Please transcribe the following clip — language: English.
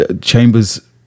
Chambers